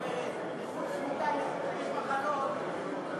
נכות צמיתה היא, לא